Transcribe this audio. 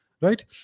right